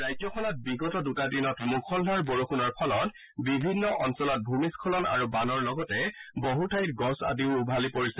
ৰাজ্যখনত বিগত দুটা দিনত মূষলধাৰ বৰষুণৰ ফলত বিভিন্ন অঞ্চলত ভূমিস্খলন আৰু বানৰ লগতে বহু ঠাইত গছ আদিও উভালি পৰিছে